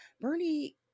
Bernie